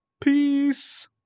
Peace